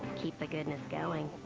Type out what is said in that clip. keep the goodness going.